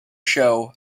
show